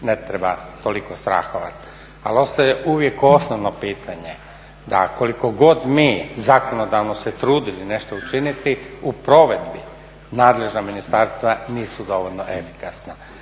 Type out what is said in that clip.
ne treba toliko strahovati. Ali ostaje uvijek osnovno pitanje, da koliko god mi zakonodavno se trudili nešto učiniti u provedbi nadležna ministarstva nisu dovoljno efikasna.